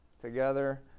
together